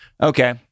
Okay